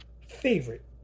favorite